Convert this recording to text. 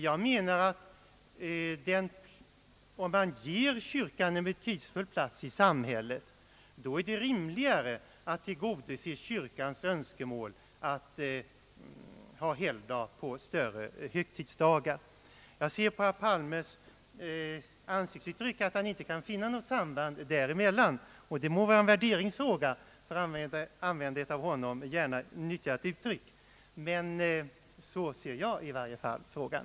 Om man ger kyrkan en betydelsefull plats i samhället, då är det rimligare att tillgodose kyrkans önskemål att ha helgdag på större högtidsdagar. Jag ser på herr Palmes ansiktsuttryck att han inte kan finna något samband däremellan. Det må vara en värderingsfråga — för att använda ett av honom gärna nyttjat uttryck — men så ser jag i varje fall frågan.